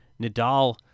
Nadal